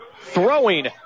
throwing